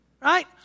Right